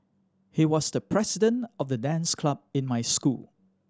he was the president of the dance club in my school